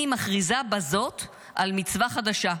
אני מכריזה בזאת על מצווה חדשה.